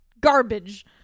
garbage